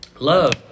Love